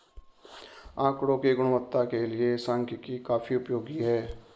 आकड़ों की गुणवत्ता के लिए सांख्यिकी काफी उपयोगी है